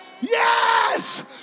Yes